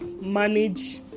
manage